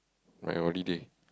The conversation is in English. my holiday